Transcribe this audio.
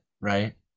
right